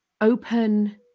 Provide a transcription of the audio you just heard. open